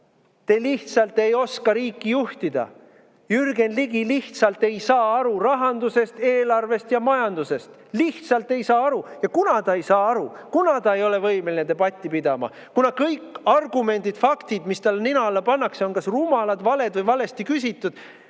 Te lihtsalt ei oska riiki juhtida! Jürgen Ligi lihtsalt ei saa aru rahandusest, eelarvest ja majandusest. Lihtsalt ei saa aru! Ja kuna ta ei saa aru, kuna ta ei ole võimeline debatti pidama, kuna kõik argumendid ja faktid, mis talle nina alla pannakse, on kas rumalad, valed või valesti küsitud,